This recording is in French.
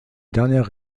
dernière